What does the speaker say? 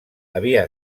havia